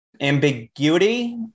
Ambiguity